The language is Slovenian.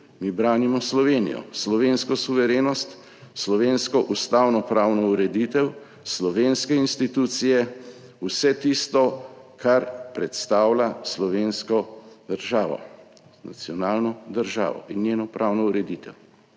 mi branimo Slovenijo, slovensko suverenost, slovensko ustavno pravno ureditev, slovenske institucije, vse tisto, kar predstavlja slovensko državo, nacionalno državo in njeno pravno ureditev.